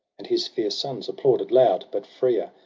and his fierce sons applauded loud. but frea,